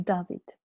David